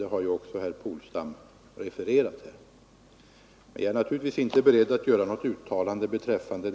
Det har ju också herr Polstam refererat här. Jag är naturligtvis inte beredd att nu göra något uttalande beträffande Ang.